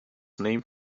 name